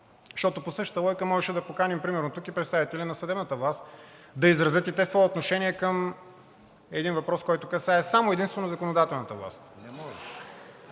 Защото по същата логика можеше да поканим примерно тук и представители на съдебната власт, за да изразят и те свое отношение към един въпрос, който касае само и единствено законодателната власт.